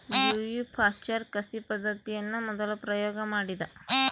Louis Pasteur ಕಸಿ ಪದ್ದತಿಯನ್ನು ಮೊದಲು ಪ್ರಯೋಗ ಮಾಡಿದ